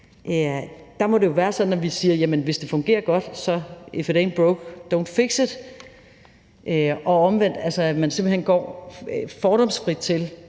Der må det jo være sådan, at vi siger: Hvis det fungerer godt, så lad det være – if it ain't broke, don't fix it. Og omvendt må det være sådan, at man simpelt hen går fordomsfrit til